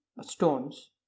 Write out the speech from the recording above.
stones